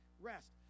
rest